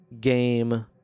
game